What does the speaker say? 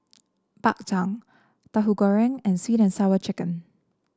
Bak Chang Tauhu Goreng and sweet and Sour Chicken